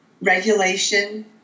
Regulation